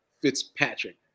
Fitzpatrick